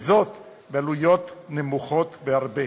ובעלויות נמוכות בהרבה.